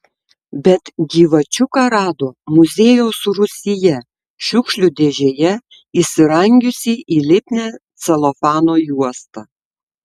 bet gyvačiuką rado muziejaus rūsyje šiukšlių dėžėje įsirangiusį į lipnią celofano juostą